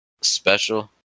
special